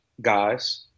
guys